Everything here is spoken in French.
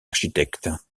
architectes